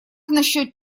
насчет